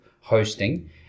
hosting